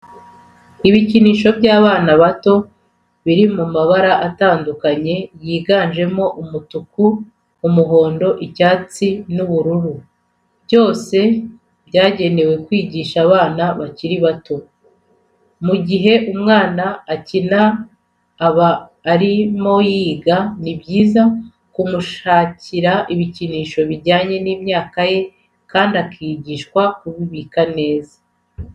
Ibikinisho by'abana bato biri mu mabara atandukanye yiganjemo umutuku, umuhondo, icyatsi n'ubururu, byose byagenewe kwigisha abana bakiri bato. Mu gihe umwana akina aba arimo yiga, ni byiza kumushakira ibikinisho bijyanye n'imyaka ye kandi akigishwa kubibika neza.